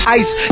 ice